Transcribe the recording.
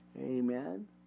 Amen